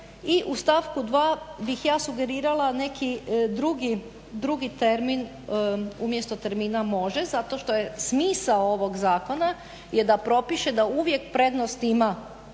I u stavku 2. bih ja sugerirala neki drugi termin umjesto termina može, zato što je smisao ovog zakona je da propiše da uvijek prednost ima